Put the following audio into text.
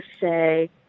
say